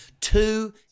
Two